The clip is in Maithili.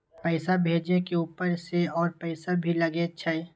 पैसा भेजे में ऊपर से और पैसा भी लगे छै?